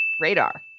radar